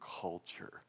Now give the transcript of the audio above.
culture